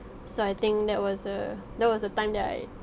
so I think that was a that was a time that I